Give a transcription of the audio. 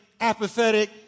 apathetic